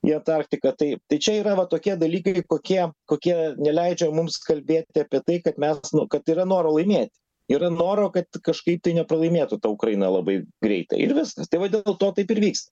jie taktika tai tai čia yra tokie dalykai kokie kokie neleidžia mums kalbėti apie tai kad mes nu kad yra noro laimėti yra noro kad kažkaip tai nepralaimėtų ta ukraina labai greitai ir viskas tai dėl to taip ir vyksta